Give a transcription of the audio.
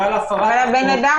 אבל האדם